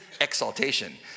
exaltation